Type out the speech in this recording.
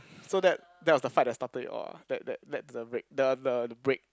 so that that was the fight that started it all that that that's the break the the break